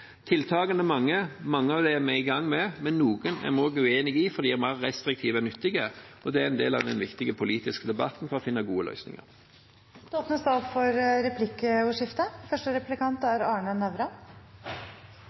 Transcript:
Tiltakene er mange. Mange av dem er vi i gang med, men noen er jeg uenig i, for de er mer restriktive enn nyttige. Det er en del av den viktige politiske debatten for å finne gode